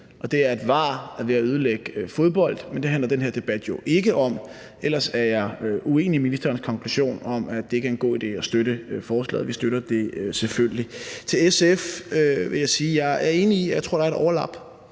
at VAR er ved at ødelægge fodbold, men det handler den her debat jo ikke om. Ellers er jeg uenig i ministerens konklusion om, at det ikke er en god idé at støtte forslaget; vi støtter det selvfølgelig. Til SF vil jeg sige, at jeg er enig i, at der er et overlap